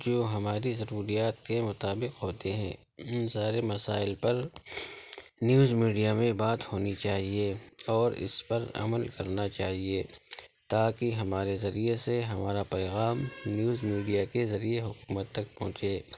جو ہماری ضروریات کے مطابق ہوتے ہیں ان سارے مسائل پر نیوز میڈیا میں بات ہونی چاہیے اور اس پر عمل کرنا چاہیے تاکہ ہمارے ذریعے سے ہمارا پیغام نیوز میڈیا کے ذریعے حکومت تک پہنچے